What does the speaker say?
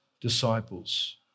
disciples